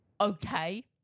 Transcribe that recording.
Okay